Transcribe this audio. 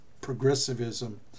progressivism